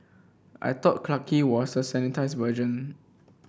I thought Clarke Quay was the sanitised version